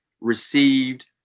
received